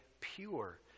pure